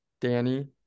Danny